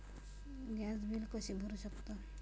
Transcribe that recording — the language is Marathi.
गॅस बिल कसे भरू शकतो?